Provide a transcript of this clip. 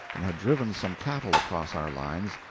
and had driven some cattle across our lines,